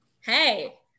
Hey